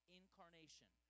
incarnation